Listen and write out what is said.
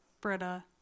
Britta